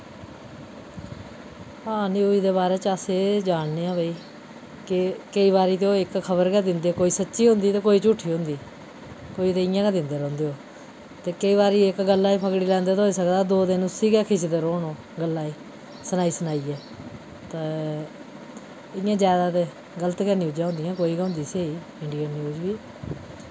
हां न्यूज दे बारे च अस एह् जानने आं भई के केईं बारी ओह् इक खबर गै दिंदे कोई सच्ची होंदी ते कोई झूठी होंदी कोई ते इ'यां गै दिंदे रौंह्दे ओह् ते केंई बारी इक गल्ला गी फकड़ी लैंदे ते होई सकदा दो दिन उस्सी गै खिचदे रौह्न ओह् गल्ला गी सनाई सनाइयै तै इ'यां जैदा ते गल्त गै न्यूजां होंदियां कोई गै होंदी स्हेई इंडिया न्यूज बी